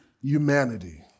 humanity